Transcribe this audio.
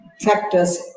factors